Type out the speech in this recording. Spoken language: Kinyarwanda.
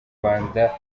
rwanda